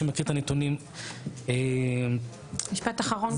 מכיר את הנתונים- -- משפט אחרון בבקשה.